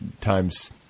times